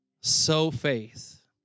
So-faith